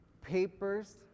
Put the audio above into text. papers